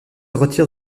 retire